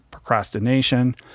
procrastination